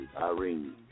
Irene